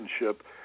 relationship